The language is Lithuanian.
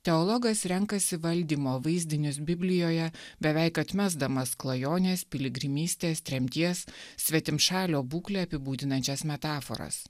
teologas renkasi valdymo vaizdinius biblijoje beveik atmesdamas klajonės piligrimystės tremties svetimšalio būklę apibūdinančias metaforas